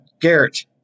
Garrett